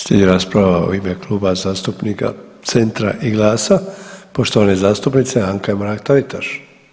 Slijedi rasprava u ime Kluba zastupnika Centra i GLAS-a, poštovane zastupnice Anke Mrak Taritaš.